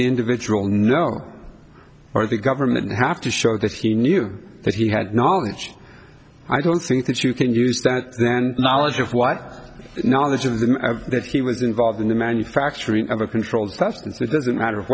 individual no or the government have to show that he knew that he had knowledge i don't think that you can use that knowledge of what knowledge of the that he was involved in the manufacturing of a controlled substance it doesn't matter